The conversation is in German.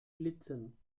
blitzen